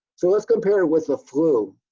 so let's compare with the flu.